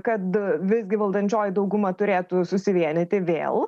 kad visgi valdančioji dauguma turėtų susivienyti vėl